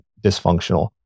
dysfunctional